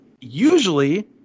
usually